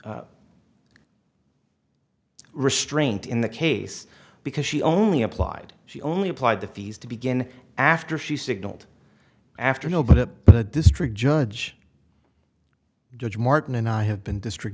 restraint in the case because she only applied she only applied the fees to begin after she signaled after an obit but the district judge judge martin and i have been district